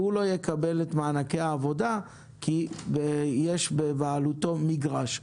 הוא לא יקבל את מענקי העבודה כי יש בבעלותו מגרש,